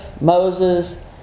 Moses